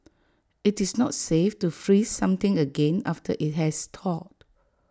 IT is not safe to freeze something again after IT has thawed